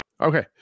Okay